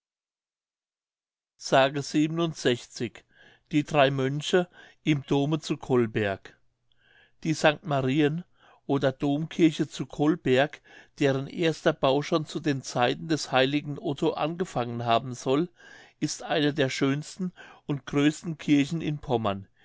s die drei mönche im dome zu colberg die st marien oder dom kirche zu colberg deren erster bau schon zu den zeiten des heiligen otto angefangen haben soll ist eine der schönsten und größten kirchen in pommern